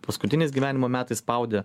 paskutiniais gyvenimo metais spaudė